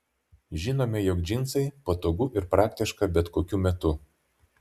žinome jog džinsai patogu ir praktiška bet kokiu metu